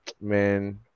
man